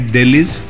Delhi's